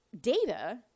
data